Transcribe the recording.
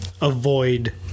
avoid